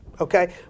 okay